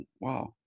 wow